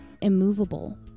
immovable